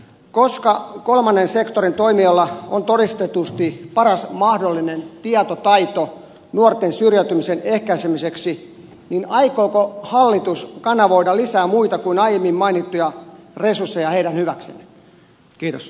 koska kolmannen sektorin toimialalla on todistetusti paras mahdollinen tietotaito nuorten syrjäytymisen ehkäisemiseksi aikooko hallitus kanavoida lisää muita kuin aiemmin mainittuja resursseja heidän hyväkseen